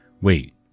Wait